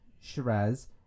shiraz